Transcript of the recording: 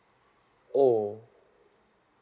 oh